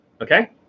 okay